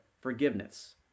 forgiveness